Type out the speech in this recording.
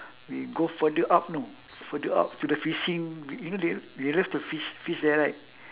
we go further up you know further up to the fishing yo~ you know they they love to fish fish there right